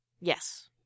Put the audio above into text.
Yes